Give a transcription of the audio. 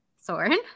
Soren